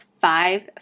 five